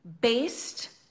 based